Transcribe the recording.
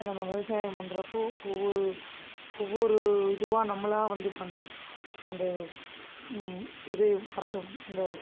நம்ம விவசாயம் பண்ணுறப்போ ஒவ்வொரு ஒவ்வொரு இதுவாக நம்மளாக வந்து பண்ணுறோம் அந்த இது வர்றணும் இந்த